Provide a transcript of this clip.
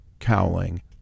cowling